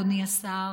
אדוני השר,